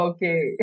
Okay